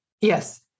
Yes